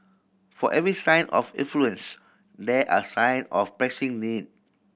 for every sign of affluence there are sign of pressing need